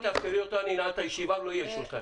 תאפשרי אותו אני אנעל את הישיבה ולא יהיה שום צו.